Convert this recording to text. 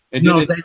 No